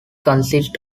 consists